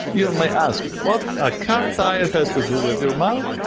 you and may ask what a car tire has to do with your mouth?